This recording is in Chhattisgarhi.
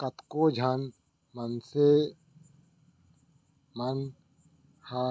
कतको झन मनसे मन ह